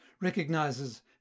recognizes